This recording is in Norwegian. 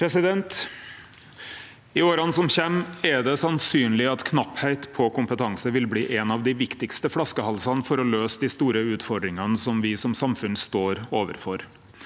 I åra som kjem, er det sannsynleg at knappleik på kompetanse vil bli ein av dei viktigaste flaskehalsane for å løyse dei store utfordringane me som samfunn står overfor.